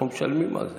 אנחנו משלמים על זה.